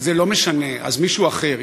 זה לא משנה, אז מישהו אחר.